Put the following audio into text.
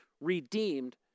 redeemed